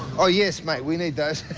ah yes, mate, we need those,